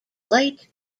light